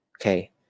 okay